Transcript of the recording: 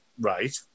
Right